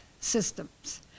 systems